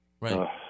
Right